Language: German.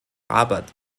rabat